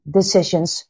decisions